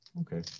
Okay